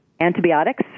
antibiotics